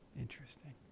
Interesting